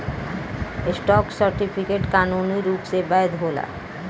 stock certificate कानूनी रूप से वैध होला